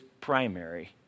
primary